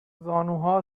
زانوها